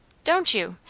don't you!